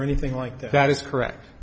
or anything like that that is correct